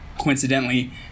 Coincidentally